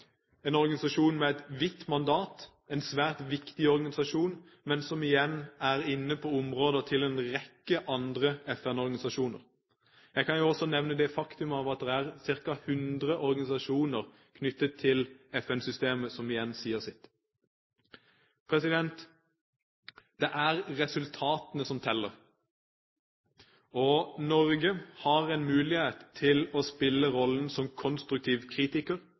en organisasjon med et vidt mandat, som er en svært viktig organisasjon, men som igjen er inne på områder til en rekke andre FN-organisasjoner. Jeg kan også nevne det faktum at det er ca. 100 organisasjoner knyttet til FN-systemet, som igjen sier sitt. Det er resultatene som teller. Norge har en mulighet til å spille rollen som konstruktiv kritiker,